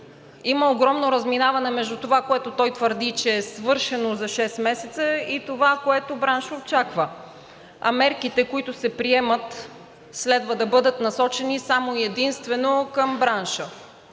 има огромно разминаване между това, което той твърди, че е свършено за 6 месеца, и това, което браншът очаква, а мерките, които се приемат, следва да бъдат насочени само и единствено към бранша.